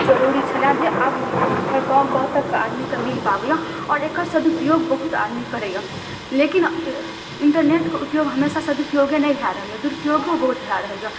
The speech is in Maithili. जरूरी छलै जे अभी हर गाँव गाँव तक आदमीके मिल पाबइए आओर एकर सदुपयोग बहुत आदमी करइए लेकिन इन्टरनेटके उपयोग हमेशा सदुपयोगे नइ भए रहल यऽ दुरुपयोगो बहुत भए रहल यऽ